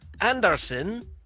Anderson